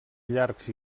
llargs